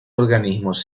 organismos